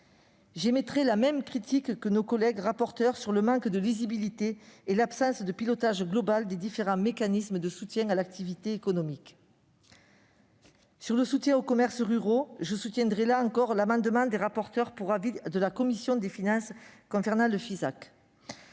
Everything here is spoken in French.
J'émettrai la même critique que nos collègues rapporteurs sur le manque de visibilité et l'absence de pilotage global des différents mécanismes de soutien à l'activité économique. Sur le soutien aux commerces ruraux, je soutiendrai là encore l'amendement des rapporteurs spéciaux concernant le Fisac.